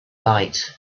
light